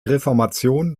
reformation